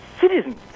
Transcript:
citizens